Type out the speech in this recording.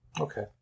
Okay